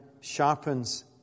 sharpens